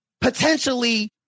potentially